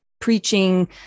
preaching